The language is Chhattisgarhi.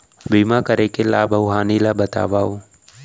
बीमा करे के लाभ अऊ हानि ला बतावव